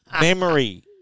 Memory